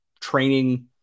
training